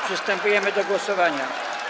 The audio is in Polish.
Przystępujemy do głosowania.